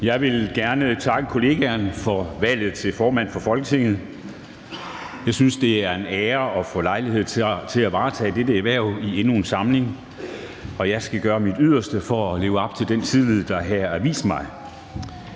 Jeg vil gerne takke kollegaerne for valget til formand for Folketinget. Jeg synes, det er en ære at få lejlighed til at varetage dette hverv i endnu en samling, og jeg skal gøre mit yderste for at leve op til den tillid, der her er vist mig.